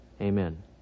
Amen